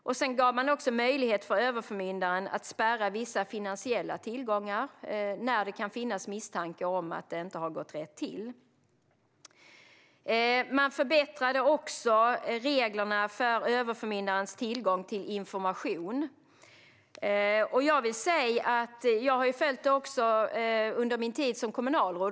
Man gav möjlighet för överförmyndaren att spärra vissa finansiella tillgångar när det finns misstanke om att det inte har gått rätt till. Man förbättrade också reglerna för överförmyndarens tillgång till information. Jag har följt detta, också under min tid som kommunalråd.